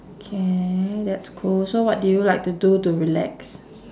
okay that's cool so what do you like to do to relax